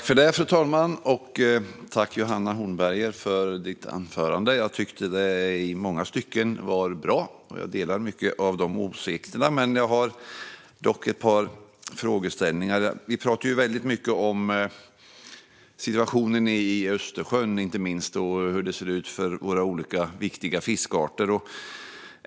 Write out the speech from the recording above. Fru talman! Jag tackar Johanna Hornberger för anförandet. I många stycken var det bra, och jag delar många av åsikterna. Jag har dock ett par frågeställningar. Vi pratar mycket om situationen i Östersjön och hur det ser ut för våra olika viktiga fiskarter.